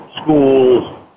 schools